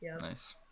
Nice